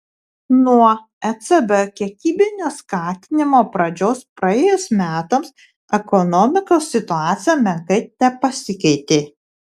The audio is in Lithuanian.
nuo ecb kiekybinio skatinimo pradžios praėjus metams ekonomikos situacija menkai tepasikeitė